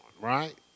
right